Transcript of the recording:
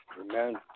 Amen